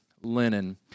linen